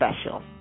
special